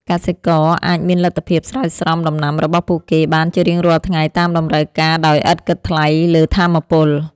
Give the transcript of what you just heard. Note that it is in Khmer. កសិករអាចមានលទ្ធភាពស្រោចស្រពដំណាំរបស់ពួកគេបានជារៀងរាល់ថ្ងៃតាមតម្រូវការដោយឥតគិតថ្លៃលើថាមពល។